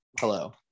hello